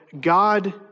God